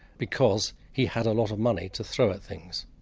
because he had a lot of money to throw at things.